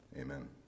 amen